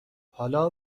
حالا